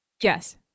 Yes